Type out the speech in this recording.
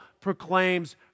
proclaims